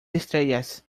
estrellas